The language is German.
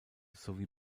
sowie